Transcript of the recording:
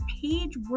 page